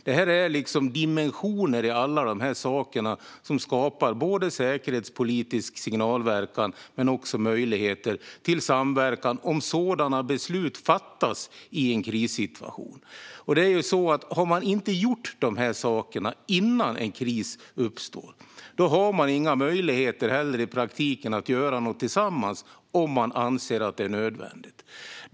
Detta är dimensioner i alla dessa saker som skapar såväl säkerhetspolitisk signalverkan som möjligheter till samverkan om sådana beslut fattas i en krissituation. Om man inte har gjort dessa saker innan en kris uppstår har man i praktiken heller inga möjligheter att göra något tillsammans om man anser att det är nödvändigt.